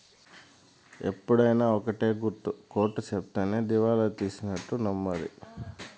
ఎప్పుడైనా ఒక్కటే గుర్తు కోర్ట్ సెప్తేనే దివాళా తీసినట్టు నమ్మాలి